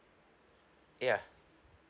ya